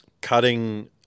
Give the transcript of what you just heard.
cutting